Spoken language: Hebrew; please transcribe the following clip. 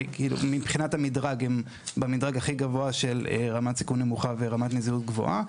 מבחינת המדרג הן במדרג הכי גבוה של רמת סיכון נמוכה ורמת נזילות גבוהה,